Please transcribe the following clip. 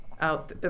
out